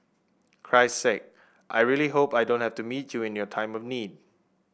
christ sake I really hope I don't have to meet you in your time of need